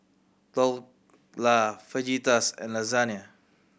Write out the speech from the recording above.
Dhokla Fajitas and Lasagne